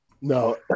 No